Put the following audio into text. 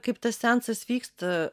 kaip tas seansas vyksta